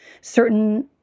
Certain